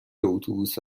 اتوبوس